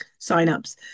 signups